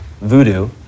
voodoo